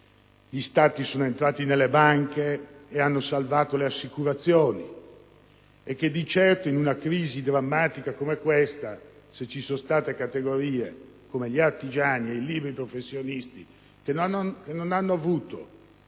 gli Stati sono entrati nelle banche e hanno salvato le assicurazioni e che, di certo, in una crisi drammatica come questa ci sono state categorie, come gli artigiani e i liberi professionisti, che non hanno avuto